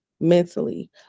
mentally